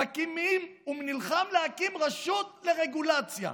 הוא נלחם להקים רשות לרגולציה.